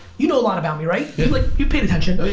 you know, a lot about me right? yeah like you paid attention. oh yeah,